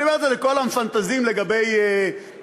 אני אומר את זה לכל המפנטזים לגבי איך